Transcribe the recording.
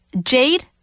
jade